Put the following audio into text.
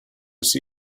see